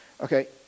Okay